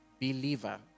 believer